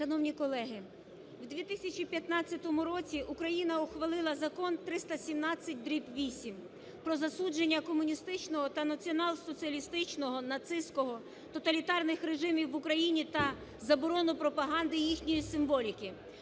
Шановні колеги, в 2015 році Україна ухвалила Закон 317-VIII "Про засудження комуністичного та націонал-соціалістичного (нацистського) тоталітарних режимів в Україні та заборону пропаганди їхньої символіки",